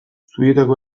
zubietako